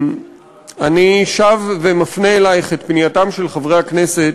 ואני שב ומפנה אלייך את פנייתם של חברי הכנסת,